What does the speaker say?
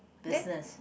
business